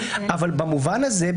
אבל במובן הזה,